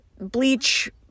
bleach